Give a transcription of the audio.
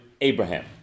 Abraham